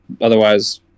Otherwise